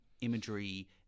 imagery